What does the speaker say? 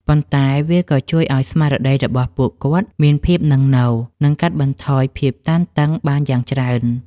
ប៉ុន្តែវាក៏ជួយឱ្យស្មារតីរបស់ពួកគាត់មានភាពនឹងនរ និងកាត់បន្ថយភាពតានតឹងបានយ៉ាងច្រើន។